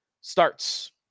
starts